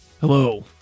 Hello